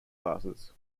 classes